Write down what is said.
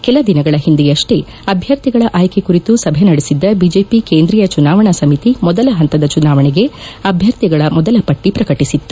ಕೆಲ ದಿನಗಳ ಹಿಂದೆಯಷ್ಟೇ ಅಭ್ದರ್ಥಿಗಳ ಆಯ್ತೆ ಕುರಿತು ಸಭೆ ನಡೆಸಿದ್ದ ಬಿಜೆಪಿ ಕೇಂದ್ರೀಯ ಚುನಾವಣಾ ಸಮಿತಿ ಮೊದಲ ಪಂತದ ಚುನಾವಣೆಗೆ ಅಭ್ಯರ್ಥಿಗಳ ಮೊದಲ ಪಟ್ಟಿ ಪ್ರಕಟಿಸಿತ್ತು